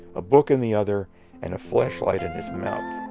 a book in the other and a flashlight in his mouth,